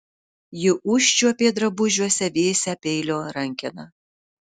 ji užčiuopė drabužiuose vėsią peilio rankeną